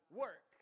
work